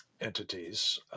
entities